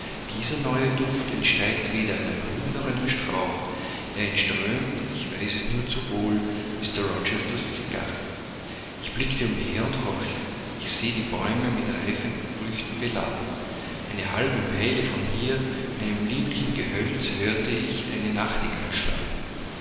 dieser neue duft entsteigt weder einer blume noch einem strauch er entströmt ich weiß es nur zu wohl mr rochesters cigarre ich blicke umher und horche ich sehe die bäume mit reifenden früchten beladen eine halbe meile von hier entfernt in einem lieblichen gehölz höre ich eine nachtigall schlagen